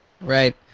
Right